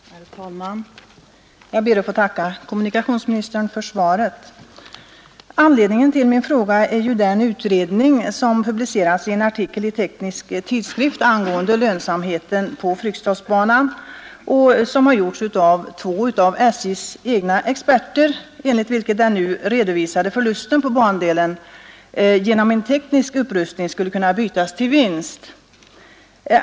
Herr talman! Jag ber att få tacka kommunikationsministern för svaret. Anledningen till min fråga är den utredning som publicerats i en artikel i Teknisk Tidskrift angående lönsamheten på Fryksdalsbanan och som gjorts av två av SJ:s egna experter. Enligt utredningen skulle den nu redovisade förlusten på bandelen genom en teknisk upprustning kunna bytas till vinst.